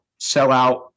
sellout